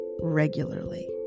regularly